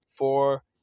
four